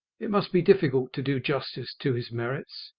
it must be difficult to do justice to his merits.